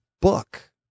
book